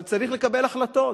אבל צריך לקבל החלטות.